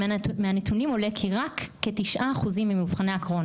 מהנתונים עולה כי רק כ-9% ממאובחני הקרוהן